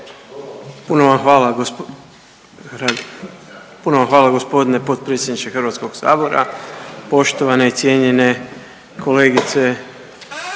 puno vam hvala gospodine potpredsjedniče Hrvatskog sabora. Poštovane i cijenjene kolegice